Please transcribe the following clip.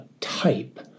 type